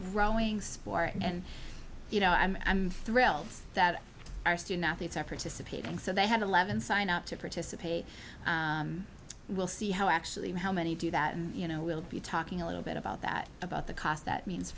growing sport and you know i'm thrilled that our student athletes are participating so they had eleven sign up to participate we'll see how actually how many do that and you know we'll be talking a little bit about that about the cost that means